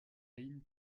aïn